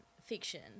fiction